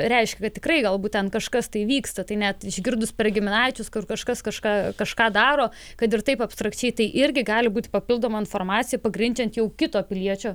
reiškia kad tikrai galbūt ten kažkas tai vyksta tai net išgirdus per giminaičius kur kažkas kažką kažką daro kad ir taip abstrakčiai tai irgi gali būti papildoma informacija pagrindžiant jau kito piliečio